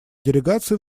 делегации